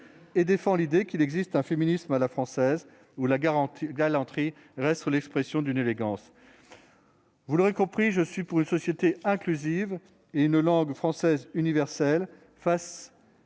et défend l'idée qu'il existe un féminisme à la française, où la galanterie reste l'expression d'une élégance. Vous l'aurez compris, chers collègues, je suis pour une société inclusive et une langue française universelle, qui facilite